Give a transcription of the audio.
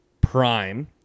Prime